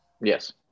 yes